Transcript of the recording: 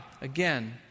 Again